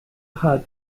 hutt